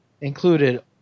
included